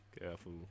Careful